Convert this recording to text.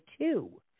two